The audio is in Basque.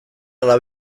ala